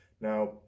Now